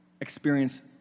experience